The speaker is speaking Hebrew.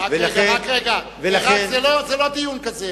רק רגע, זה לא דיון כזה.